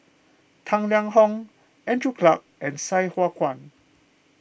Tang Liang Hong Andrew Clarke and Sai Hua Kuan